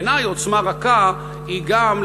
בעיני עוצמה רכה היא גם,